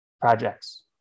projects